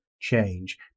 change